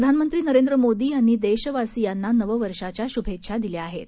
प्रधानमंत्रीनरेंद्रमोदीयांनीदेशवासियांनानववर्षाच्याशुभेच्छादिल्याआहेत